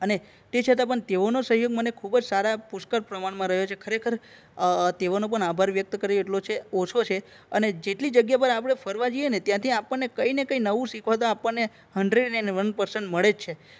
અને તે છતાં પણ તેઓનો સહયોગ મને ખૂબ જ સારા પુષ્કળ પ્રમાણમાં રહ્યો છે ખરેખર તેઓનો પણ આભાર વ્યક્ત કરું એટલો છે ઓછો છે અને જેટલી જગ્યા પર આપણે ફરવા જઈએ ને ત્યાંથી આપણને કઈ ને કઈ નવું શીખવા તો આપણને હન્ડ્રેડ એન્ડ વન પરસન્ટ મળે જ છે